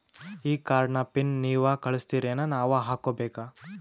ಈ ಕಾರ್ಡ್ ನ ಪಿನ್ ನೀವ ಕಳಸ್ತಿರೇನ ನಾವಾ ಹಾಕ್ಕೊ ಬೇಕು?